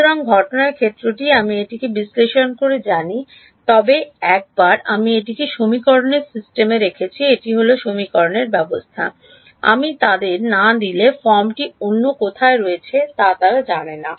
সুতরাং ঘটনা ক্ষেত্রটি আমি এটিকে বিশ্লেষণ করে জানি তবে একবার আমি এটিকে সমীকরণের সিস্টেমে রেখেছি এটি হল সমীকরণের ব্যবস্থা আমি তাদের না দিলে ফর্মটি অন্য কোথাও রয়েছে তা তারা জানে না